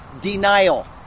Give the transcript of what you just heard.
denial